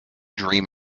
dream